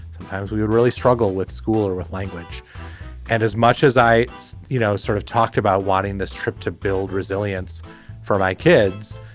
sometimes we really struggle with school or with language and as much as i you know sort of talked about wanting this trip to build resilience for my kids.